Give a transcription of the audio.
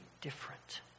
different